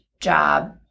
job